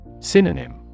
Synonym –